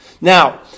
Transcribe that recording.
Now